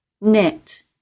knit